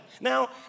Now